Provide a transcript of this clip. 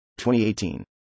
2018